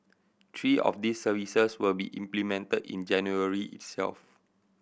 three of these services will be implemented in January itself